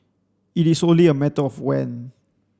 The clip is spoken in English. it is only a matter of when